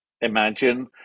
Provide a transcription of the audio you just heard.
Imagine